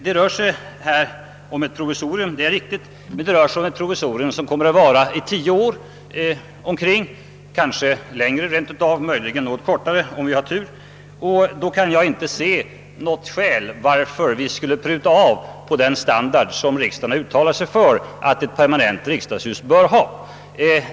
Det rör sig visserligen om ett provisorium, men det är fråga om ett provisorium som kommer att vara i tio år — kanske något längre tid eller, om vi har tur, något kortare tid. Då kan jag inte se något skäl till att vi skulle pruta av på den standard som riksdagen uttalat sig för att ett permanent riksdagshus bör ha.